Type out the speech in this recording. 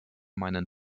meinen